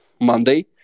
Monday